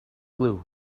glue